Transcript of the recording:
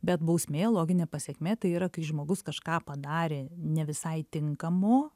bet bausmė loginė pasekmė tai yra kai žmogus kažką padarė ne visai tinkamo